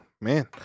man